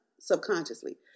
subconsciously